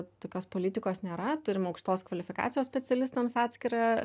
tokios politikos nėra turim aukštos kvalifikacijos specialistams atskirą